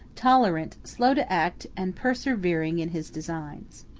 tolerant, slow to act, and persevering in his designs.